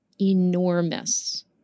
enormous